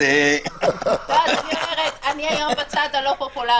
אני היום בצד הלא פופולרי.